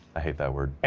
i hate that word,